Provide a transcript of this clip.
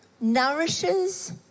nourishes